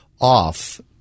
off